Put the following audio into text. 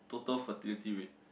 total fertility rate